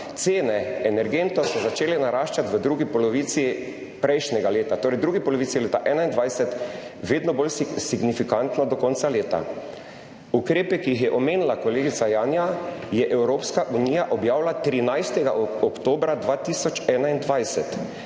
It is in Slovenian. cene energentov naraščati v drugi polovici prejšnjega leta, torej v drugi polovici leta 2021, vedno bolj signifikantno do konca leta. Ukrepe, ki jih je omenila kolegica Janja, je Evropska unija objavila 13. oktobra 2021,